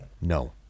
no